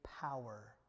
power